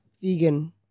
vegan